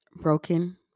broken